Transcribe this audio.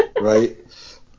Right